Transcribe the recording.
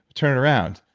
turn it around.